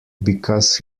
because